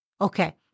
Okay